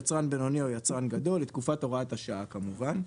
יצרן בינוני או יצרן גדול לתקופת הוראת השעה כמובן.